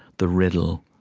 the riddle,